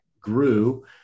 grew